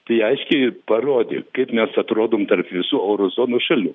tai aiškiai parodė kaip mes atrodom tarp visų euro zonos šalių